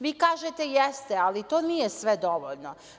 Vi kažete, jeste, ali to nije sve dovoljno.